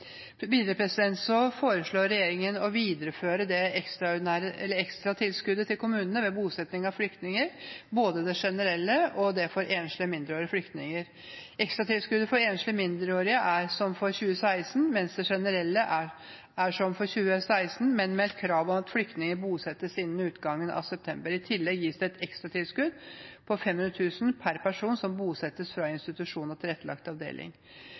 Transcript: foreslår regjeringen å videreføre ekstratilskuddet til kommunene ved bosetting av flyktninger, både det generelle og det for enslige mindreårige flyktninger. Ekstratilskuddet for enslige mindreårige er som for 2016, og det generelle er som for 2016, men med et krav om at flyktninger bosettes innen utgangen av september. I tillegg gis det et ekstratilskudd på 500 000 per person som bosettes fra institusjon og tilrettelagt avdeling.